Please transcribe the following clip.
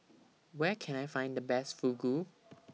Where Can I Find The Best Fugu